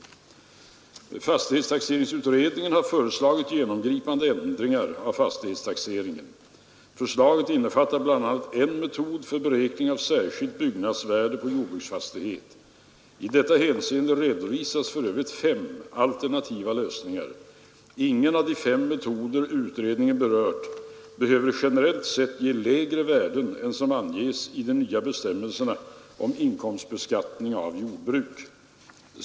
Fastighetstaxeringsutredningen har föreslagit genomgripande ändringar av fastighetstaxeringen. Förslaget innefattar bl.a. en metod för beräkning av särskilt byggnadsvärde på jordbruksfastighet. I detta hänseende redovisas för övrigt fem alternativa lösningar. Ingen av de fem metoder utredningen berört behöver generellt sett ge lägre värden än som anges i de nya bestämmelserna om inkomstbeskattning av jordbruk.